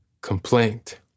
complaint